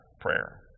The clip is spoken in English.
prayer